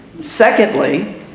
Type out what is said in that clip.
Secondly